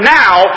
now